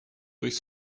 durch